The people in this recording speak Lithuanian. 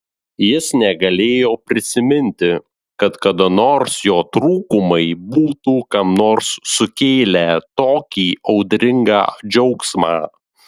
jis negalėjo prisiminti kad kada nors jo trūkumai būtų kam nors sukėlę tokį audringą džiaugsmą